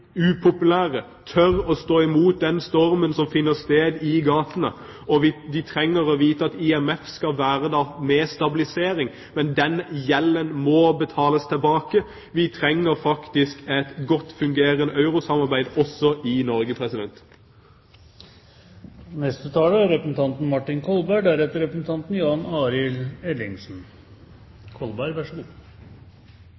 upopulære, tør å stå imot den stormen som finner sted i gatene. De trenger å vite at IMF skal være der med stabilisering – men gjelden må betales tilbake. Og vi trenger faktisk et godt fungerende eurosamarbeid, også i Norge.